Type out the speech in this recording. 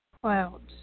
clouds